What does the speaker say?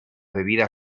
bebidas